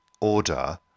order